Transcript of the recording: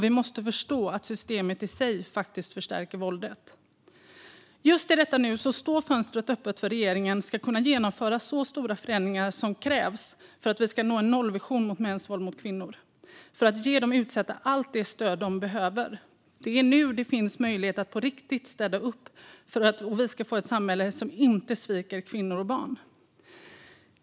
Vi måste förstå att systemet i sig faktiskt förstärker våldet. Just i detta nu står fönstret öppet för att regeringen ska kunna genomföra så stora förändringar som krävs för att vi ska nå en nollvision för mäns våld mot kvinnor och ge de utsatta allt det stöd de behöver. Det är nu det finns en möjlighet att på riktigt städa upp om vi ska få ett samhälle som inte sviker kvinnor och barn.